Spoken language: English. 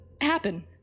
happen